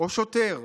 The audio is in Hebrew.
או שוטר,